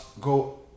go